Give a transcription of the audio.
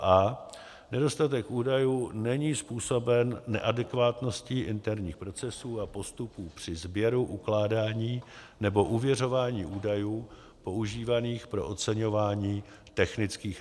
a) nedostatek údajů není způsoben neadekvátností interních procesů a postupů při sběru, ukládání nebo ověřování údajů používaných pro oceňování technických rezerv;